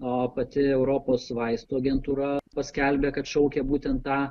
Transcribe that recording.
o pati europos vaistų agentūra paskelbė kad šaukia būtent tą